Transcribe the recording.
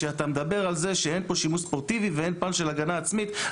שאתה מדבר על זה שאין פה שימוש ספורטיבי ואין פן של הגנה עצמית,